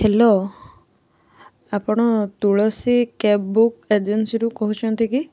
hello ଆପଣ Tulsi cab book ଏଜେନ୍ସିରୁ କହୁଛନ୍ତି କି